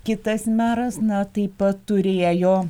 kitas meras na taip pat turėjo